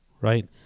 right